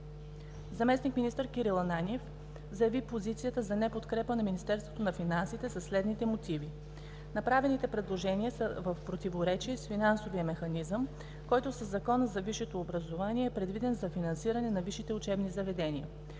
Заместник-министър Кирил Ананиев заяви позицията за неподкрепа на Министерството на финансите със следните мотиви: Направените предложения са в противоречие с финансовия механизъм, който със Закона за висшето образование е предвиден за финансиране на висшите учебни заведения.